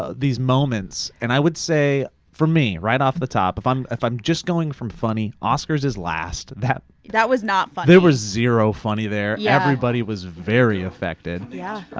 ah these moments, and i would say for me, right off the top, if i'm if i'm just going for funny, oscars is last. that that was not funny. there was zero funny there. yeah everybody was very affected, yeah